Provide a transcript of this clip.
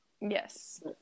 Yes